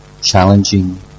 challenging